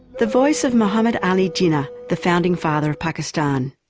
the voice of mohammad ali jinnah, the founding father of pakistan.